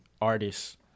artists